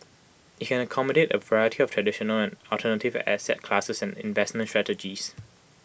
IT can accommodate A variety of traditional and alternative asset classes and investment strategies